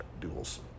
duels